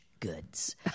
goods